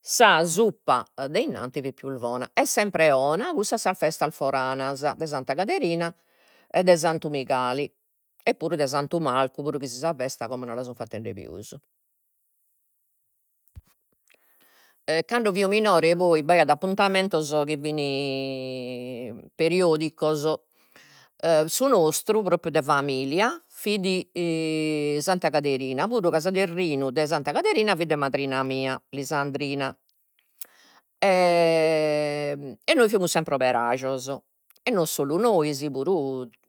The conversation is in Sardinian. sa suppa de innanti fit pius bona, est sempre 'ona cussa de sas festas foranas, de Santa Caderina e de Santu Migali, e puru de Santu Marcu, puru si sa festa como non la sun fattende pius. Cando fio minore poi b'aiat appuntamentos chi fin periodicos, su nostru, propriu de familia fit Santa Caderina puru ca su terrinu de Santa Caderina fit de madrina mia, Lisandrina e nois fimus sempre operajos e non solu nois puru